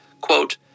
Quote